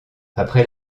après